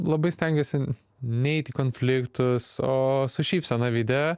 labai stengiuosi neiti į konfliktus o su šypsena veide